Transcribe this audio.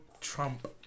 Trump